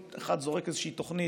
כל אחד זורק איזושהי תוכנית,